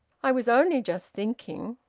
i was only just thinking.